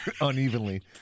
unevenly